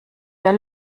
der